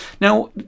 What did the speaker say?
now